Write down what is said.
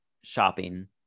shopping